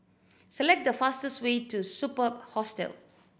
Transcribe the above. select the fastest way to Superb Hostel